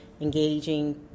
engaging